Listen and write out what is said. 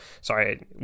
Sorry